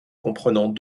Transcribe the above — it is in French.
comprenant